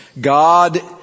God